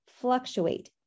fluctuate